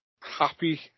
happy